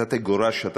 אתה תגורש, אתה